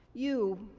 you,